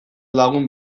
lagun